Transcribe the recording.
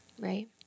Right